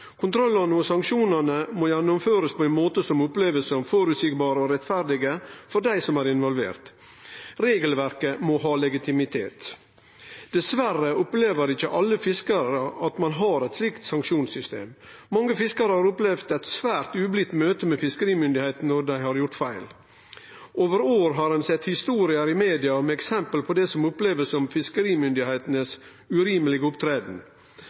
Kontrollane og sanksjonane må gjennomførast på ein måte som blir opplevd som føreseieleg og rettferdig for dei som er involverte. Regelverket må ha legitimitet. Dessverre opplever ikkje alle fiskarar at ein har eit slikt sanksjonssystem. Mange fiskarar har opplevd eit svært ublidt møte med fiskerimyndigheitene når dei har gjort feil. Over år har ein sett historier i media med eksempel på det som blir opplevd som